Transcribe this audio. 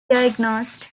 diagnosed